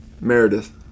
Meredith